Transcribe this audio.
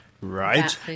Right